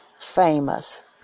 famous